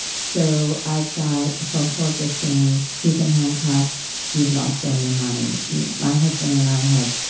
so i got a phone call just saying, he's in handcuffs. you've lost all your money my husband and i had,